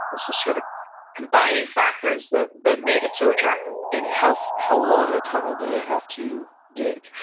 was this sort of combining factors that that made it so attractive and how how long of a tunnel do they have to dig?